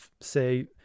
say